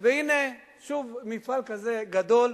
והנה, שוב מפעל כזה גדול,